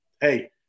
hey